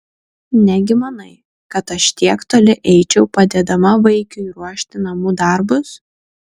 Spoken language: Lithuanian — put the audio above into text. negi manai kad aš tiek toli eičiau padėdama vaikiui ruošti namų darbus